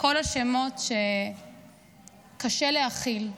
כל השמות שקשה להכיל.